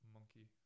Monkey